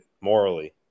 morally